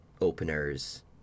openers